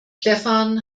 stefan